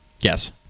Yes